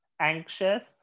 anxious